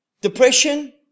depression